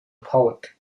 poet